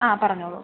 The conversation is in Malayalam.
ആ പറഞ്ഞോളൂ